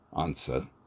Answer